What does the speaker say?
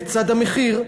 לצד המחיר,